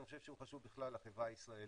אני חושב שהוא חשוב בכלל לחברה הישראלית.